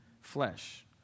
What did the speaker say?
flesh